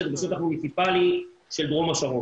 בשטח מוניציפאלי של דרום השרון.